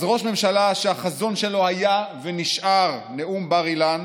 אז ראש ממשלה, שהחזון שלו היה ונשאר נאום בר-אילן,